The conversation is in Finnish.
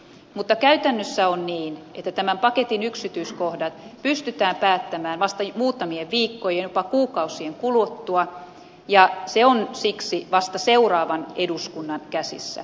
mutta käytännössä on niin että tämän paketin yksityiskohdat pystytään päättämään vasta muutamien viikkojen jopa kuukausien kuluttua ja se on siksi vasta seuraavan eduskunnan käsissä